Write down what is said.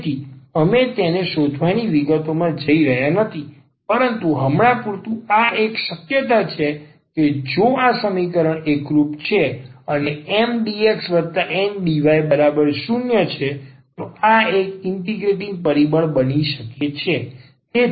તેથી અમે તેને શોધવાની વિગતોમાં જઈ રહ્યા નથી પરંતુ હમણાં પૂરતું આ એક શક્યતા છે કે જો આ સમીકરણ એકરૂપ છે અને આ MdxNdy0 છે તો આ એક ઇન્ટિગરેટિંગ પરિબળ બની શકે છે